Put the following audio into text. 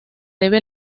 debe